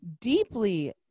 deeply